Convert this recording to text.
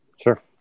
Sure